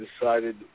decided